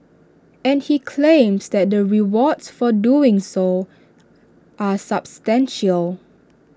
and he claims that the rewards for doing so are substantial